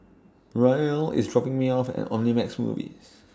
Royal IS dropping Me off At Omnimax Movies